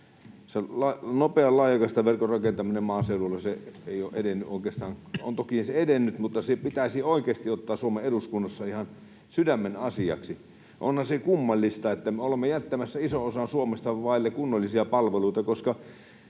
nopean laajakaistaverkon rakentaminen maaseudulle on toki edennyt, mutta se pitäisi oikeasti ottaa Suomen eduskunnassa ihan sydämen asiaksi. Onhan se kummallista, että me olemme jättämässä ison osan Suomesta vaille kunnollisia palveluita, koska